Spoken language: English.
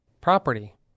property